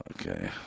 okay